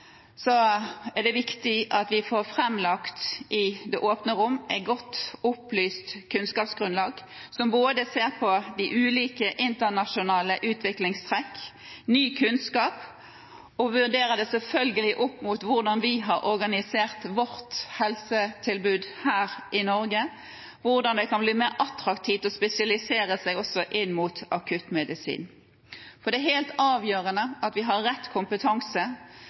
er det viktig at vi får framlagt i det åpne rom et solid kunnskapsgrunnlag som både ser på de ulike internasjonale utviklingstrekk og ny kunnskap, og – selvfølgelig – vurderer det opp mot hvordan vi har organisert vårt helsetilbud her i Norge, og hvordan det kan bli mer attraktivt å spesialisere seg i akuttmedisin. Det er helt avgjørende at vi har rett kompetanse